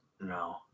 No